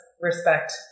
respect